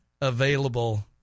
available